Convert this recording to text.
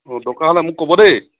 অঁ দৰকাৰ হ'লে মোক ক'ব দেই